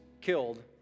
killed